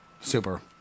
Super